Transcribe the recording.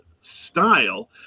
style